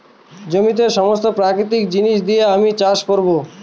জমিতে সমস্ত প্রাকৃতিক জিনিস দিয়ে আমি চাষ করবো